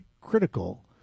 critical